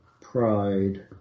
Pride